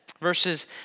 Verses